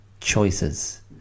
choices